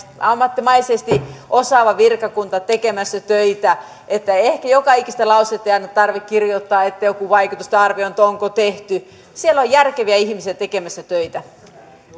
ammattimaisesti osaava virkakunta tekemässä töitä että ehkä joka ikistä lausetta ei aina tarvitse kirjoittaa että onko joku vaikutusten arviointi tehty siellä on järkeviä ihmisiä tekemässä töitä